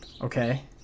Okay